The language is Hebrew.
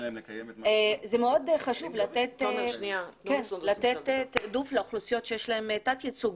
זה מאוד חשוב לתת תעדוף לאוכלוסיות שיש להן תת ייצוג,